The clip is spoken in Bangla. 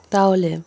তাহলে